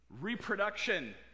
Reproduction